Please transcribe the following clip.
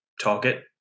target